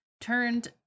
turned